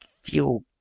feel